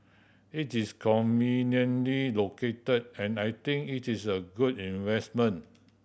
it's conveniently located and I think it is a good investment